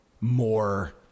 more